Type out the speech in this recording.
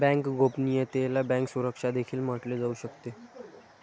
bank गोपनीयतेला bank सुरक्षा देखील म्हटले जाऊ शकते